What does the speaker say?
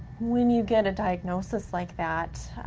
when you get a diagnosis like that,